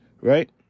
right